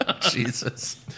Jesus